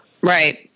Right